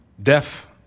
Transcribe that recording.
Deaf